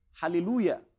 Hallelujah